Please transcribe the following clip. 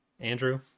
Andrew